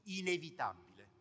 inevitabile